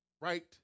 right